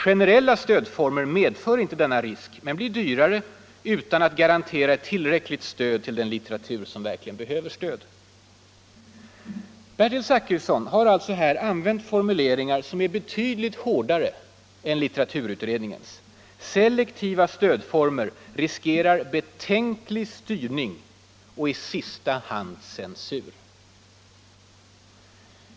Generella stödformer medför inte denna risk men blir dyrare utan att garantera ett tillräckligt stöd till den litteratur som verkligen behöver stöd.” Bertil Zachrisson har alltså här använt formuleringar som är betydligt hårdare än litteraturutredningens. Selektiva stödformer riskerar ”betänklig styrning och i sista hand censur”.